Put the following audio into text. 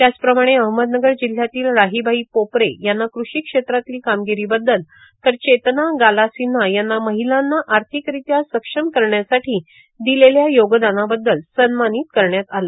त्याचप्रमाणे अहमदनगर जिल्ह्यातील राहीबाई पोपरे यांना कृषी क्षेत्रातील कामगिरीबद्दल तर चेतना गाला सिव्हा यांना महिलांना आर्थिकरित्या सक्षम करण्यासाठी दिलेल्या योगदानाबद्दल सन्मानित करण्यात आलं